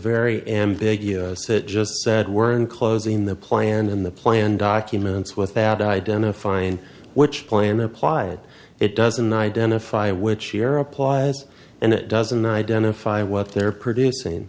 very ambiguous it just said we're in closing the plan in the plan documents without identifying which plan applied it doesn't identify which year applies and it doesn't identify what they're producing